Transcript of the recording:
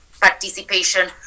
participation